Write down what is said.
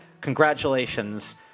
Congratulations